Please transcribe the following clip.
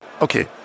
Okay